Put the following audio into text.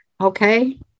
Okay